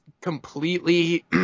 completely